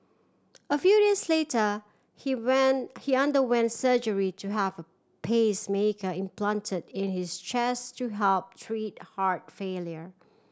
a few days later he when he underwent surgery to have a pacemaker implanted in his chest to help treat heart failure